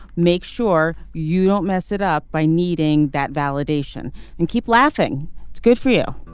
make sure you don't mess it up by needing that validation and keep laughing it's good for you.